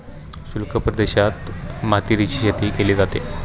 शुष्क प्रदेशात मातीरीची शेतीही केली जाते